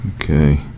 Okay